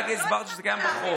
הרגע הסברתי שזה קיים בחוק.